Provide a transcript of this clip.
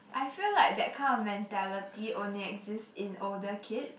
I feel like that kind of mentality only exists in older kids